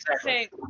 say